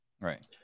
Right